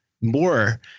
more